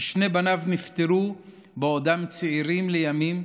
ששני בניו נפטרו בעודם צעירים בימים,